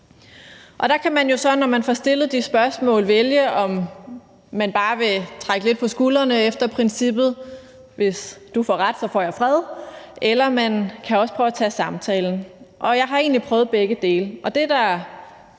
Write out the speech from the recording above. på ledelsesposter. Når man får stillet de spørgsmål, kan man så vælge, om man bare vil trække lidt på skuldrene efter princippet, hvis du får ret, får jeg fred, eller man kan også prøve at tage samtalen. Jeg har egentlig prøvet begge dele, og det, der